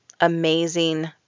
amazing